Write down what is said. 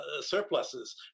surpluses